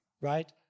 right